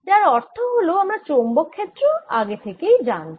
যার অর্থ হল আমরা চৌম্বক ক্ষেত্র আগে থেকেই জানতাম